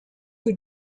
who